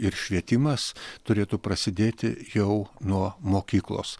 ir švietimas turėtų prasidėti jau nuo mokyklos